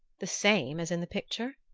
the same as in the picture?